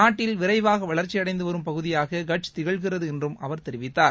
நாட்டில் விரைவாக வளர்ச்சி அடைந்து வரும் பகுதியாக கட்ச் திகழ்கிறது என்றும் அவர் தெரிவித்தார்